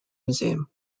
museum